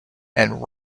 and